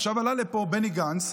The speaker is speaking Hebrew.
עכשיו עלה לפה בני גנץ,